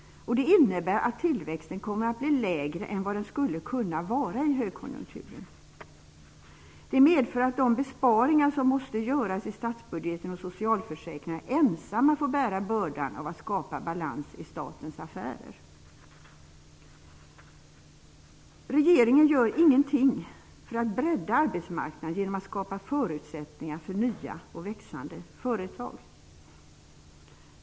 Det innebär att tillväxten kommer att bli lägre än vad den skulle kunna vara i högkonjunkturen. Det medför att de besparingar som måste göras i statsbudgeten och socialförsäkringarna ensamma får bära bördan av att skapa balans i statens affärer. Regeringen gör ingenting för att bredda arbetsmarknaden genom att skapa förutsättningar för nya och växande företag.